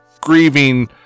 grieving